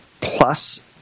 Plus